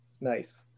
Nice